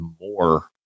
more